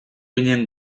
ginen